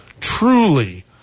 truly